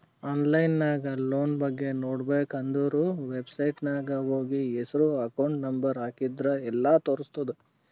online ನಾಗ್ loan ಬಗ್ಗೆ ನೋಡ್ಬೇಕ ಅಂದುರ್ ವೆಬ್ಸೈಟ್ನಾಗ್ ಹೋಗಿ ಹೆಸ್ರು ಅಕೌಂಟ್ ನಂಬರ್ ಹಾಕಿದ್ರ ಎಲ್ಲಾ ತೋರುಸ್ತುದ್